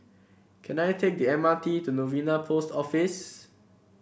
can I take the M R T to Novena Post Office